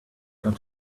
got